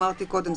אמרתי קודם,